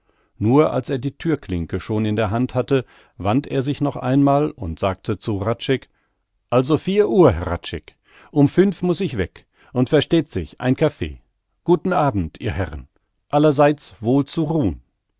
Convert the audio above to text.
nur als er die thürklinke schon in der hand hatte wandt er sich noch einmal und sagte zu hradscheck also vier uhr hradscheck um fünf muß ich weg und versteht sich ein kaffee guten abend ihr herren allerseits wohl zu ruhn